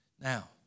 Now